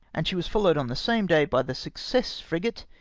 and she was followed on the same day by the success fiigate,